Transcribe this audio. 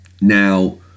Now